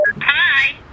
Hi